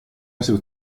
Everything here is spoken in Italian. essere